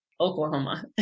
Oklahoma